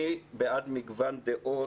אני בעד מגוון דעות.